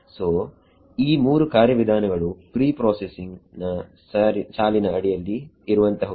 ಸೋಈ 3 ಕಾರ್ಯ ವಿಧಾನಗಳು ಪ್ರೀಪ್ರೋಸೆಸ್ಸಿಂಗ್ ನ ಸಾಲಿನ ಅಡಿಯಲ್ಲಿ ಇರುವಂತಹುಗಳು